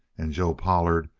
and joe pollard,